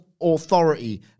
authority